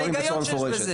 מה ההיגיון שיש בזה?